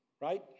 right